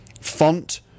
Font